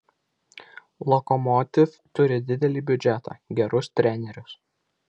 lokomotiv turi didelį biudžetą gerus trenerius